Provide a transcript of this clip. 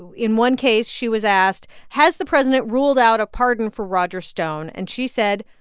in one case, she was asked has the president ruled out a pardon for roger stone? and she said,